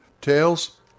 Tails